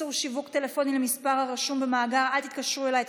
איסור על שיווק טלפוני למספר הרשום במאגר "אל תתקשרו אליי"),